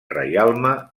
reialme